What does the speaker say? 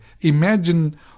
imagine